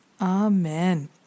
Amen